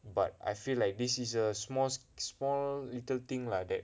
but I feel like this is a small small little thing lah that